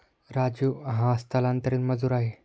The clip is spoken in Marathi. राजू हा स्थलांतरित मजूर आहे